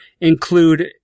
include